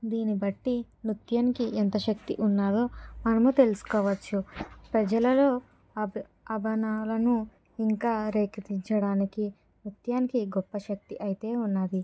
దీని బట్టి నృత్యానికి ఎంత శక్తి ఉన్నదో మనము తెలుసుకోవచ్చు ప్రజలలో ఆ భావలను ఇంకా రేకిత్తించడానికి నృత్యానికి గొప్ప శక్తి అయితే ఉన్నది